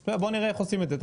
בואו נראה איך עושים את זה.